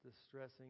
distressing